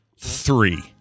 three